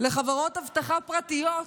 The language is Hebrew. לחברות אבטחה פרטיות,